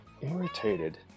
irritated